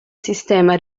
sistema